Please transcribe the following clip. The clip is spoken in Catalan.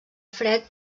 fred